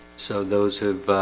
so those have